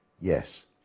Yes